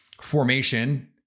formation